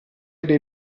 dei